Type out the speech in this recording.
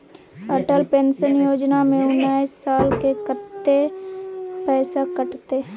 Atal pension Yojana में उनैस साल के कत्ते पैसा कटते?